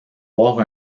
voir